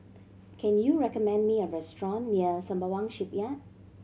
can you recommend me a restaurant near Sembawang Shipyard